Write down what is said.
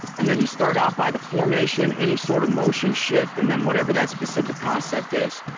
and then you start out by the formation, any sort of motion shift and then whatever that specific concept is